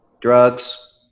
drugs